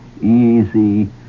easy